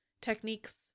techniques